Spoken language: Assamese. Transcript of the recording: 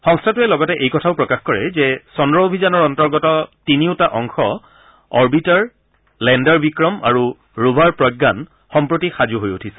সংস্থাটোৱে লগতে এই কথাও প্ৰকাশ কৰে যে চন্দ্ৰ অভিযানৰ অন্তৰ্গত তিনিওটা অংশ অৰবিটাৰ লেণ্ডাৰ বিক্ৰম আৰু ৰোভাৰ প্ৰজ্ঞান সম্প্ৰতি সাজু হৈ উঠিছে